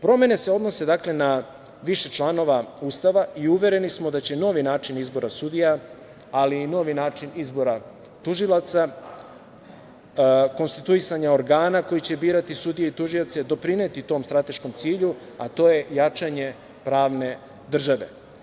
Promene se odnese na više članova Ustava i uvereni smo da će novi način izbora sudija, ali i novi način izbora tužilaca, konstituisanje organa koje će birati sudije i tužioci, doprineti tom strateškom cilju, a to je jačanje pravne države.